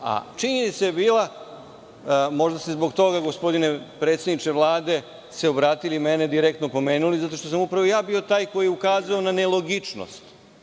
Činjenica je bila, možda ste se zbog toga, gospodine predsedniče Vlade, obratili i mene direktno pomenuli, zato što sam upravo ja bio taj koji je ukazao na nelogičnost,